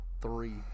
three